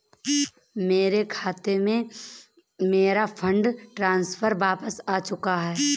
मेरे खाते में, मेरा फंड ट्रांसफर वापस आ चुका है